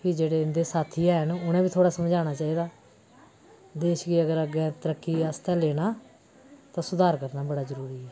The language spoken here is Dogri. फ्ही इं'दे जेह्डे़ साथी हैन उ'नें बी इ'नें गी थोह्डा समझाना चाहिदा देश गी अगर अग्गें तरक्की आस्तै लैना ते सुघार करना बडा जरुरी ऐ